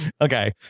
okay